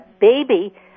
baby